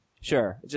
Sure